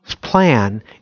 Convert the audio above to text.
plan